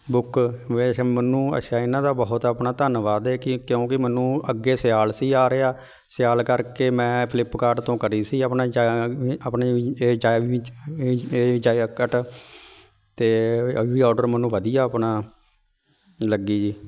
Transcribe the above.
book ਵੈਸੇ ਮੈਨੂੰ ਅੱਛਾ ਇਹਨਾਂ ਦਾ ਬਹੁਤ ਆਪਣਾ ਧੰਨਵਾਦ ਹੈ ਕਿ ਕਿਉਂਕਿ ਮੈਨੂੰ ਅੱਗੇ ਸਿਆਲ ਸੀ ਆ ਰਿਹਾ ਸਿਆਲ ਕਰਕੇ ਮੈਂ ਫਲਿਪਕਾਟ ਤੋਂ ਕਰੀ ਸੀ ਆਪਣਾ ਆਪਣੀ ਇਹ ਜੈਕਟ ਅਤੇ ਵੀ ਔਡਰ ਮੈਨੂੰ ਵਧੀਆ ਆਪਣਾ ਲੱਗੀ ਜੀ